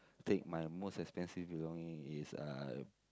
take my most expensive belonging it's uh